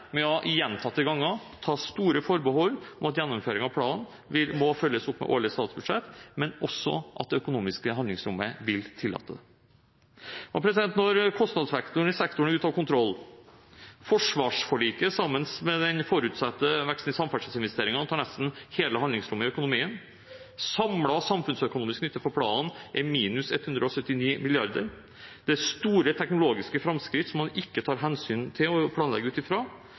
seg med gjentatte ganger å ta store forbehold om at gjennomføring av planen må følges opp med årlige statsbudsjett, men også at det økonomiske handlingsrommet vil tillate det. Når kostnadsveksten i sektoren er ute av kontroll, forsvarsforliket sammen med den forutsatte veksten i samferdselsinvesteringer tar nesten hele handlingsrommet i økonomien, samlet samfunnsøkonomisk nytte for planen er -179 mrd. kr, det er store teknologiske framskritt som man ikke tar hensyn til og planlegger ut